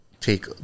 take